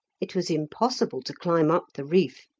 it was impossible to climb up the reef.